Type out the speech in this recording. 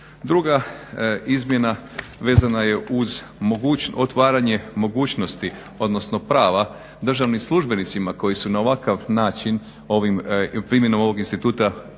Druga izmjena vezana je uz otvaranje mogućnosti odnosno prava državnim službenicima koji su na ovakav način primjenom ovog instituta počeli